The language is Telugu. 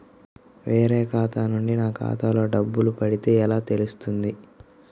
వేరే ఖాతా నుండి నా ఖాతాలో డబ్బులు పడితే ఎలా తెలుస్తుంది?